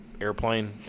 airplane